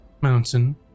mountain